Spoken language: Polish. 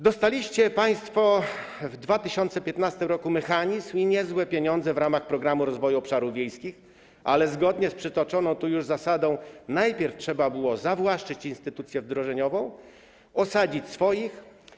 Dostaliście państwo w 2015 r. mechanizm i niezłe pieniądze w ramach Programu Rozwoju Obszarów Wiejskich, ale zgodnie z przytoczoną tu już zasadą najpierw trzeba było zawłaszczyć instytucję wdrożeniową, osadzić swoich.